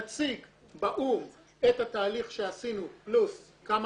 נציג באו"ם את התהליך שעשינו פלוס כמה